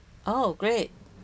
oh great